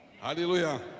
Hallelujah